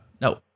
no